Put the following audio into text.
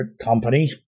company